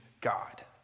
God